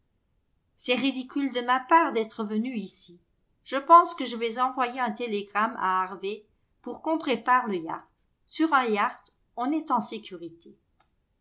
c'est ridicule de ma part d'être venu ici je pense que je vais envoyer un télégramme à harvey pour qu'on prépare le yacht sur un yacht on est en sécurité